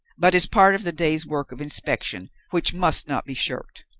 but as part of the day's work of inspection, which must not be shirked.